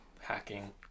hacking